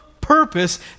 purpose